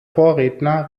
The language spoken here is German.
vorredner